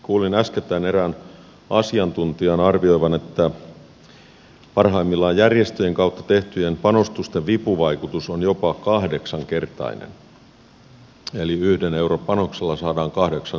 kuulin äskettäin erään asiantuntijan arvioivan että parhaimmillaan järjestöjen kautta tehtyjen panostusten vipuvaikutus on jopa kahdeksankertainen eli yhden euron panoksella saadaan kahdeksan euron tulokset